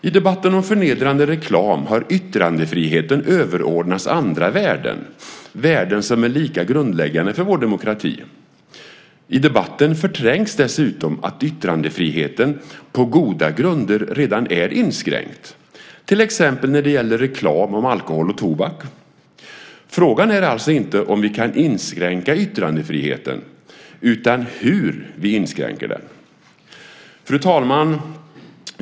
I debatten om förnedrande reklam har yttrandefriheten överordnats andra värden, värden som är lika grundläggande för vår demokrati. I debatten förträngs dessutom att yttrandefriheten på goda grunder redan är inskränkt, till exempel när det gäller reklam om alkohol och tobak. Frågan är alltså inte om vi inskränker yttrandefriheten utan hur vi inskränker den. Fru talman!